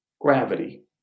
gravity